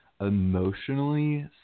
emotionally